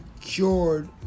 cured